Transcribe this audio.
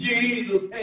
Jesus